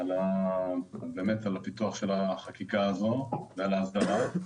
על הפיתוח של החקיקה הזאת וההסדרה.